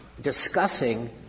discussing